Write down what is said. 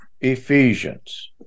Ephesians